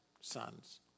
sons